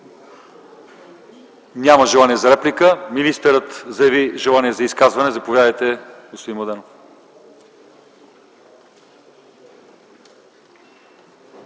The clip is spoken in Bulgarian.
ли желания за реплики? Няма. Министърът заяви желание за изказване. Заповядайте, господин Младенов.